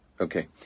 Okay